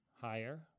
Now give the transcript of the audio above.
Higher